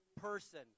person